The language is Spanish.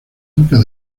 duques